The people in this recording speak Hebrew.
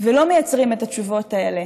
ולא מייצרים את התשובות האלה?